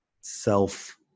self